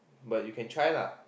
but you can try lah